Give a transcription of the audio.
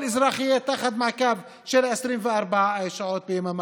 ולא שכל אזרח יהיה תחת מעקב 24 שעות ביממה.